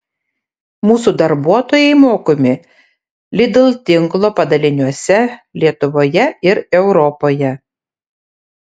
mūsų darbuotojai mokomi lidl tinklo padaliniuose lietuvoje ir europoje